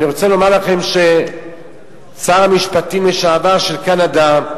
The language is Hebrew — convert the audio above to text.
אני רוצה לומר לכם ששר המשפטים לשעבר של קנדה,